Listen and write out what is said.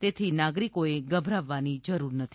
તેથી નાગરિકોએ ગભરાવવાની જરૂર નથી